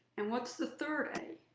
and what's the third a?